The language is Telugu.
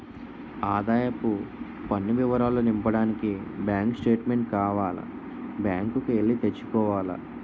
ఆదాయపు పన్ను వివరాలు నింపడానికి బ్యాంకు స్టేట్మెంటు కావాల బ్యాంకు కి ఎల్లి తెచ్చుకోవాల